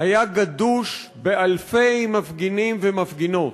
היה גדוש באלפי מפגינים ומפגינות: